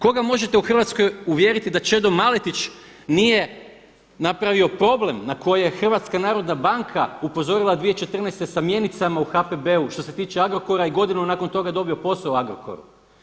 Koga možete u Hrvatskoj uvjeriti da Čedo Maletić nije napravio problem na koji je HNB upozorila 2014. sa mjenicama u HPB-u, što se tiče Agrokora i godinu nakon toga je dobio posao u Agrokoru.